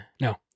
No